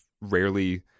rarely